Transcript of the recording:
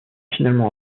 finalement